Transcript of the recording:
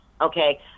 Okay